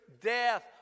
death